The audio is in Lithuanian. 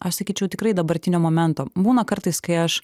aš sakyčiau tikrai dabartinio momento būna kartais kai aš